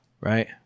right